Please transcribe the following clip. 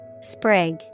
Sprig